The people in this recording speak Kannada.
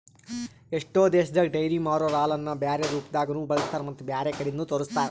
ಎಷ್ಟೋ ದೇಶದಾಗ ಡೈರಿ ಮಾಡೊರೊ ಹಾಲನ್ನು ಬ್ಯಾರೆ ರೂಪದಾಗನೂ ಬಳಸ್ತಾರ ಮತ್ತ್ ಬ್ಯಾರೆ ಕಡಿದ್ನು ತರುಸ್ತಾರ್